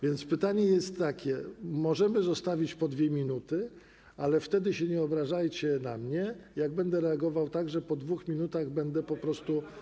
Więc sytuacja jest taka: możemy zostawić po 2 minuty, ale wtedy nie obrażajcie się na mnie, jak będę reagował tak, że po 2 minutach będę po prostu.